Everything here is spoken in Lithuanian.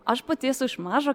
aš pati esu iš mažo